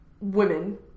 women